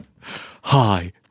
Hi